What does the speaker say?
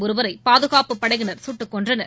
ஒருவரை பாதுகாப்பு படையினர் சுட்டுக் கொன்றனர்